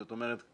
זאת אומרת,